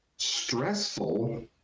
Stressful